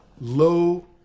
low